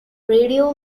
radio